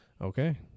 okay